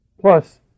plus